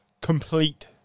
complete